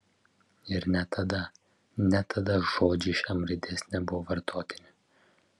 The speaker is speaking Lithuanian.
ir net tada net tada žodžiai iš m raidės nebuvo vartotini